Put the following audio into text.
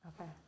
Okay